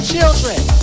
Children